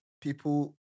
people